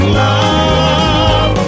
love